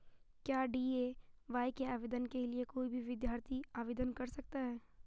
क्या डी.ए.वाय के आवेदन के लिए कोई भी विद्यार्थी आवेदन कर सकता है?